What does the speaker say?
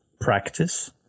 practice